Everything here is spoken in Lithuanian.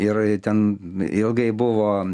ir ten ilgai buvo